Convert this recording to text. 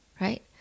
right